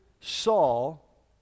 Saul